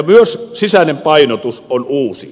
myös sisäinen painotus on uusi